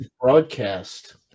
Broadcast